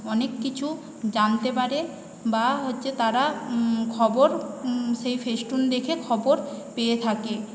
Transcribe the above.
অনেক কিছু জানতে পারে বা হচ্ছে তারা খবর সেই ফেসটুন দেখে খবর পেয়ে থাকে